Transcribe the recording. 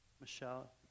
Michelle